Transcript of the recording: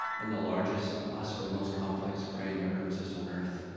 and the largest, and possibly most complex brain ever to exist on earth.